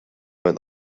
mein